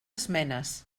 esmenes